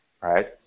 right